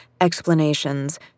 explanations